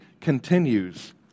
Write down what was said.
continues